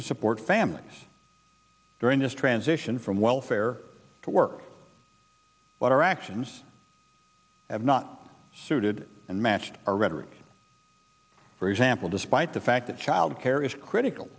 to support families during this transition from welfare to work but our actions have not suited and matched our rhetoric for example despite the fact that childcare is critical